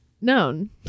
known